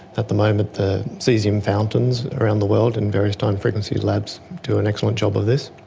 at the moment the caesium fountains around the world in various time frequency labs do an excellent job of this.